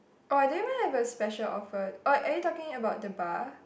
or do you mind to have a special offered or are you talking about the bar